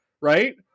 right